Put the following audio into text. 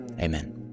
Amen